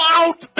out